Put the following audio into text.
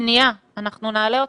אנחנו נעלה אותם.